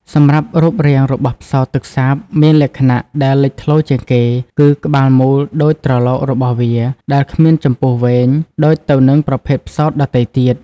សម្រាប់រូបរាងរបស់ផ្សោតទឹកសាបមានលក្ខណៈដែលលេចធ្លោជាងគេ គឺក្បាលមូលដូចត្រឡោករបស់វា ដែលគ្មានចំពុះវែង ដូចទៅនឹងប្រភេទផ្សោតដទៃទៀត។